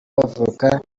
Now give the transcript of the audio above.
bavuka